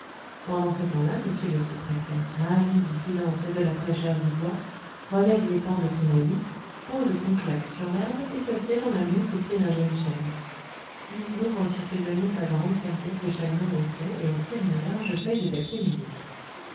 pendant ce temps-là m le sous-préfet ravi du silence et de la fraîcheur du bois relève les pans de son habit pose son claque sur l'herbe et s'assied dans la mousse au pied d'un jeune chêne puis il ouvre sur ses genoux sa grande serviette de chagrin gaufré et en tire une large feuille de papier ministre